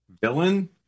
Villain